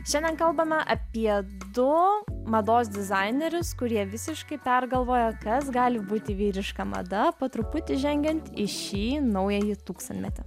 šiandien kalbame apie du mados dizainerius kurie visiškai pergalvojo kas gali būti vyriška mada po truputį žengiant į šį naująjį tūksantmetį